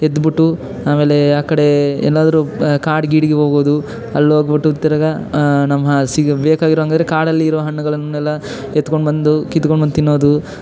ಎದ್ಬಿಟ್ಟು ಆಮೇಲೆ ಆ ಕಡೆ ಏನಾದ್ರೂ ಕಾಡು ಗೀಡಿಗೆ ಹೋಗೋದು ಅಲ್ಲಿ ಹೋಗ್ಬಿಟ್ಟು ತಿರುಗಾ ನಮ್ಮ ಬೇಕಾಗಿರುವ ಹಂಗಾರೆ ಕಾಡಲ್ಲಿ ಇರುವ ಹಣ್ಣುಗಳನ್ನೆಲ್ಲ ಎತ್ಕೊಂಡು ಬಂದು ಕಿತ್ಕೊಂಡು ಬಂದು ತಿನ್ನೋದು